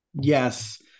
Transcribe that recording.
Yes